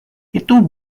itu